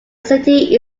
city